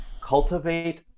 Cultivate